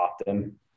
often